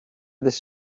this